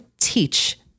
teach